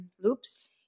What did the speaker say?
loops